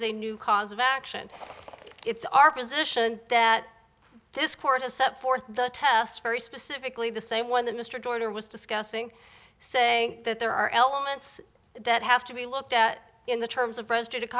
is a new cause of action it's our position that this court has set forth the test very specifically the same one that mr dorner was discussing say that there are elements that have to be looked at in the terms of